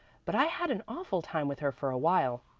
but i had an awful time with her for a while,